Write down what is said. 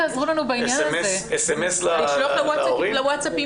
לשלוח מסרונים